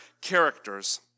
characters